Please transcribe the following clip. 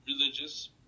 religious